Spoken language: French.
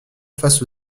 face